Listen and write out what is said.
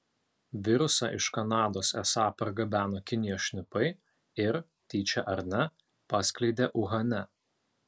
virusą iš kanados esą pargabeno kinijos šnipai ir tyčia ar ne paskleidė uhane